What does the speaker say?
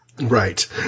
right